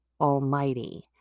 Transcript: Almighty